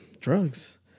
drugs